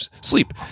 Sleep